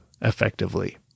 effectively